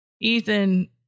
Ethan